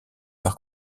par